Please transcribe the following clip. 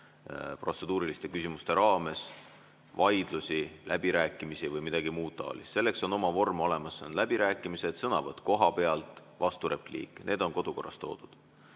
protseduuriliste küsimuste sildi all vaidlusi, läbirääkimisi või midagi muud taolist. Selleks on oma vorm olemas: selleks on läbirääkimised, sõnavõtt kohapealt, vasturepliik. Need on kodukorras toodud.